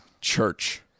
church